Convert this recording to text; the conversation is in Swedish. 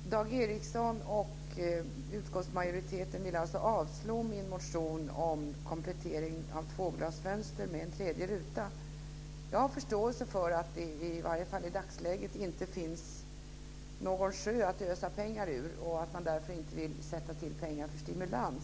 Fru talman! Dag Ericson och utskottsmajoriteten vill alltså avslå min motion om komplettering av tvåglasfönster med en tredje ruta. Jag har förståelse för att det i alla fall i dagsläget inte finns någon sjö av pengar att ösa ur och att man därför inte vill sätta in pengar för stimulans.